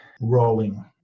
rolling